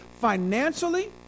financially